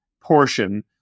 portion